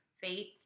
faith